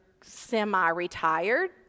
semi-retired